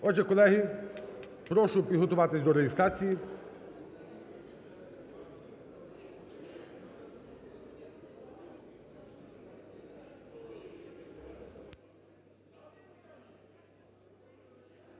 Отже, колеги, прошу підготуватись до реєстрації.